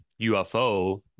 UFO